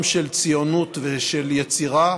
גם של ציונות ושל יצירה